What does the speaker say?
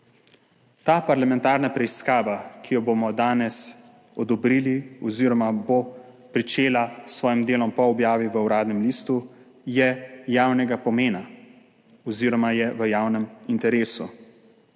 Ta parlamentarna preiskava, ki jo bomo danes odobrili oziroma bo začela s svojim delom po objavi v Uradnem listu, je javnega pomena oziroma je v javnem interesu.